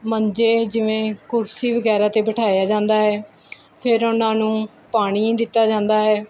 ਮੰਜੇ ਜਿਵੇਂ ਕੁਰਸੀ ਵਗੈਰਾ 'ਤੇ ਬਿਠਾਇਆ ਜਾਂਦਾ ਹੈ ਫੇਰ ਉਹਨਾਂ ਨੂੰ ਪਾਣੀ ਦਿੱਤਾ ਜਾਂਦਾ ਹੈ